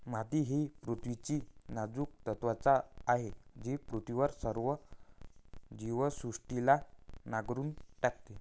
माती ही पृथ्वीची नाजूक त्वचा आहे जी पृथ्वीवरील सर्व जीवसृष्टीला नांगरून टाकते